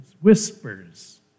whispers